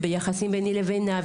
וביחסים בינו לבינה,